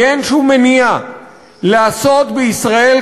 כי אין שום מניעה לעשות בישראל,